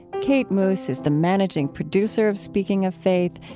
kate moos is the managing producer of speaking of faith,